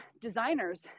designers